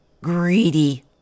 Greedy